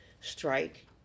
strike